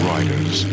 Riders